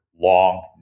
long